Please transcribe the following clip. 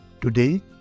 Today